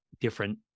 different